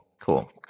cool